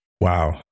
Wow